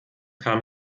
kam